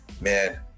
man